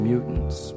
Mutants